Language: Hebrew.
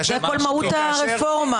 זו מהות הרפורמה.